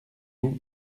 vous